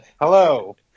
Hello